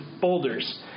boulders